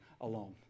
alone